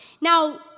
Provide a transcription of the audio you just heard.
Now